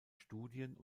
studien